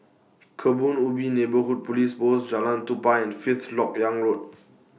Kebun Ubi Neighbourhood Police Post Jalan Tupai and Fifth Lok Yang Road